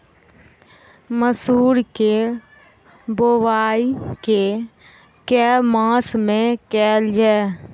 मसूर केँ बोवाई केँ के मास मे कैल जाए?